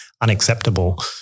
unacceptable